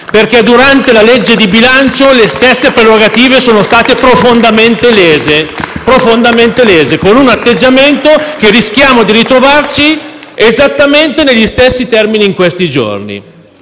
perché durante l'esame della legge di bilancio le stesse prerogative sono state profondamente lese, con un atteggiamento che rischiamo di ritrovarci esattamente negli stessi termini in questi giorni.